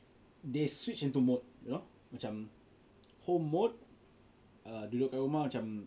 they switch into mode you know macam home mode err duduk kat rumah macam